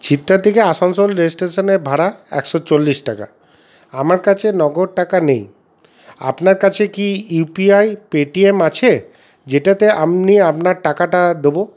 চিত্রা থেকে আসানসোল রেল স্টেশানের ভাড়া একশো চল্লিশ টাকা আমার কাছে নগদ টাকা নেই আপনার কাছে কি ইউ পি আই পেটিএম আছে যেটাতে আপনি আপনার টাকাটা দোবো